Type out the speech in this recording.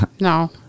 No